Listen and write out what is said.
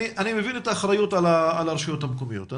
אני מבין את האחריות על הרשויות המקומיות,